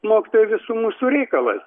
mokytojų visų mūsų reikalas